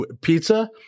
pizza